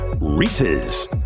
Reese's